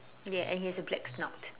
ya and he has a black snout